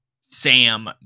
Sam